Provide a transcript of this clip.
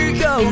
go